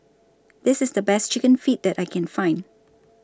This IS The Best Chicken Feet that I Can Find